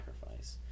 sacrifice